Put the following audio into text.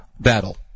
battle